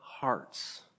Hearts